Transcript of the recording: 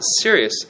serious